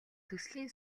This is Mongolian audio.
төслийн